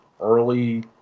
early